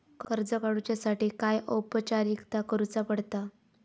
कर्ज काडुच्यासाठी काय औपचारिकता करुचा पडता?